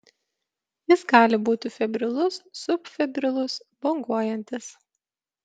jis gali būti febrilus subfebrilus banguojantis